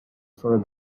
for